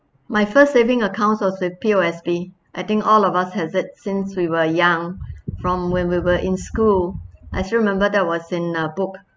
my first saving account was with P_O_S_B I think all of us has it since we were young from when we were in school I still remember that was in a book